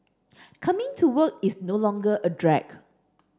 coming to work is no longer a drag